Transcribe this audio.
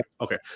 Okay